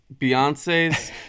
Beyonce's